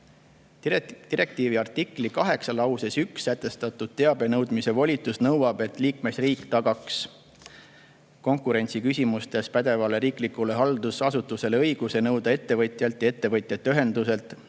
Direktiivi artikli 8 esimeses lauses sätestatud teabe nõudmise volitus nõuab, et liikmesriik tagaks konkurentsiküsimustes pädevale riiklikule haldusasutusele õiguse nõuda ettevõtjalt või ettevõtjate ühenduselt,